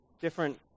different